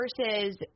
versus